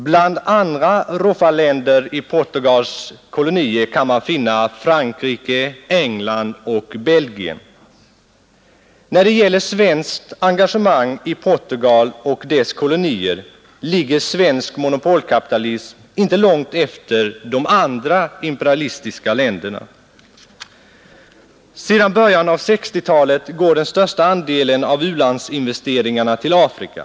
Bland andra ”roffarländer” kan man finna Frankrike, England och Belgien. När det gäller svenskt engagemang i Portugal och dess kolonier ligger svensk monopolkapitalism inte långt efter andra imperialistiska länder. Sedan början av 1960-talet går den största andelen av u-landsinvesteringarna till Afrika.